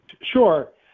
Sure